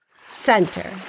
Center